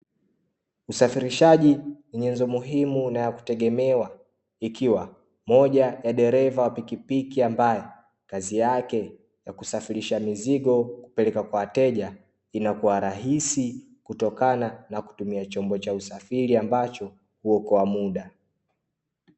Usafirishaji ni nyenzo muhimu na ya kutegemea ikiwa mmoja wa dereva wa pikipiki ambaye kazi yake ya kusafirisha mizigo kupeleka kwa wateja, inakua rahisi kutokana na kutumia chombo cha usafiri ambacho huokoa muda.